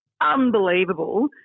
unbelievable